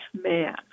Man